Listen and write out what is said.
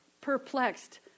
Perplexed